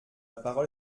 parole